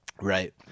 Right